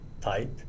tight